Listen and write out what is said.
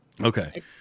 Okay